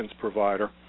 provider